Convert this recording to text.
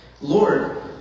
Lord